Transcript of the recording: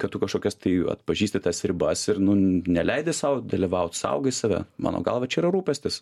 kad tu tu kažkokias tai atpažįsti tas ribas ir neleidi sau dalyvaut saugai save mano galva čia yra rūpestis